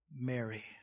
Mary